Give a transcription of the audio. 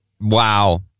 wow